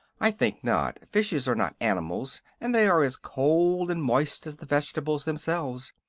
i think not. fishes are not animals, and they are as cold and moist as the vegetables themselves.